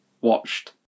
watched